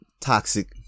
toxic